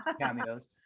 cameos